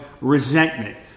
resentment